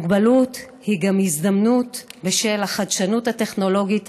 מוגבלות היא גם הזדמנות בשל החדשנות הטכנולוגית,